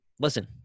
Listen